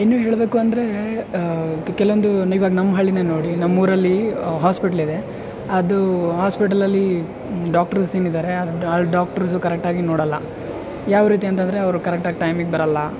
ಇನ್ನು ಹೇಳಬೇಕು ಅಂದರೆ ಕೆಲವೊಂದನ್ನು ಇವಾಗ ನಮ್ಮ ಹಳ್ಳಿಯೇ ನೋಡಿ ನಮ್ಮ ಊರಲ್ಲಿ ಹಾಸ್ಪಿಟ್ಲಿದೆ ಅದು ಆಸ್ಪಿಟಲಲ್ಲಿ ಡಾಕ್ಟರ್ಸು ಏನು ಇದ್ದಾರೆ ಆ ಡಾಕ್ಟರ್ಸು ಕರೆಕ್ಟಾಗಿ ನೋಡೋಲ್ಲ ಯಾವ ರೀತಿ ಅಂತಂದ್ರೆ ಅವರು ಕರೆಕ್ಟಾಗಿ ಟೈಮಿಗೆ ಬರೋಲ್ಲ